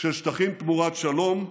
של שטחים תמורת שלום,